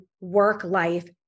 work-life